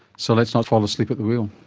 so let's not fall asleep at the wheel.